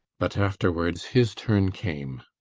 but afterwards his turn came.